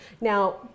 Now